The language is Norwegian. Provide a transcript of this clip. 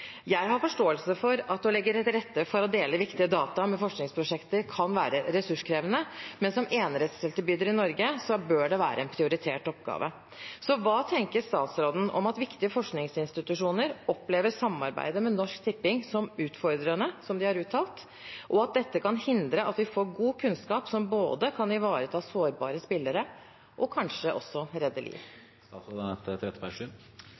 Jeg har forståelse for at å legge til rette for å dele viktige data med forskningsprosjekter kan være ressurskrevende, men som enerettstilbyder i Norge bør det være en prioritert oppgave. Hva tenker statsråden om at viktige forskningsinstitusjoner opplever samarbeidet med Norsk Tipping som utfordrende, som de har uttalt, og at dette kan hindre at vi får god kunnskap som både kan ivareta sårbare spillere og kanskje også